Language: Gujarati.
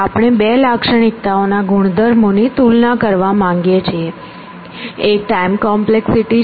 આપણે બે લાક્ષણિકતાઓ ના ગુણધર્મોની તુલના કરવા માંગીએ છીએ એક ટાઈમ કોમ્પ્લેક્સિટી છે